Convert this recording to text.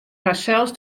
harsels